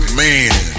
man